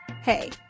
Hey